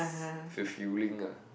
~s fulfilling ah